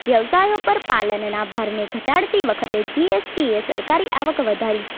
વ્યવસાય ઉપર પાલનના ભારને ઘટાડતી વખતે જીએસટીએ સરકારી આવક વધારી છે